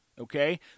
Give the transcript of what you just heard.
okay